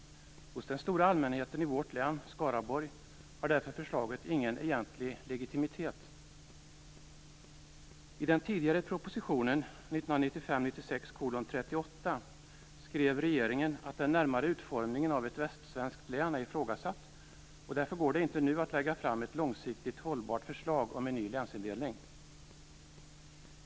Hos den stora allmänheten i vårt län, Skaraborg, har därför förslaget ingen egentlig legitimitet. I den tidigare propositionen, 1995/96:38, skrev regeringen: "Den närmare utformningen av ett nytt västsvenskt län är emellertid ifrågasatt och därför går det inte nu att lägga fram ett långsiktigt hållbart förslag om ny länsindelning."